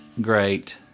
great